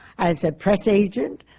as a press agent,